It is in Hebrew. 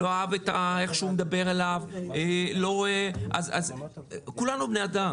לא אהב איך שהוא מדבר אליו - כולנו בני אדם,